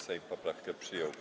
Sejm poprawkę przyjął.